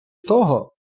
того